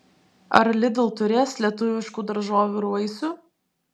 ar lidl turės lietuviškų daržovių ir vaisių